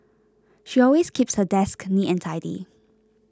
she always keeps her desk neat and tidy